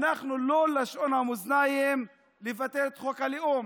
אנחנו לא לשון המאזניים לבטל את חוק הלאום,